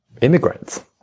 immigrants